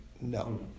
no